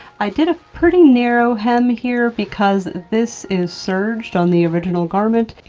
i did a pretty narrow hem here because this is surged on the original garment,